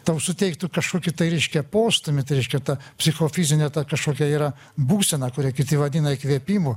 tau suteiktų kažkokį tai reiškia postūmį tai reiškia tą psichofizinė ta kažkokia yra būsena kurią kiti vadina įkvėpimu